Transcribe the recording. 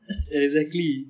exactly